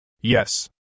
Yes